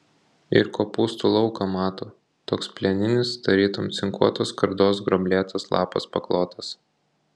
ir kopūstų lauką mato toks plieninis tarytum cinkuotos skardos gruoblėtas lapas paklotas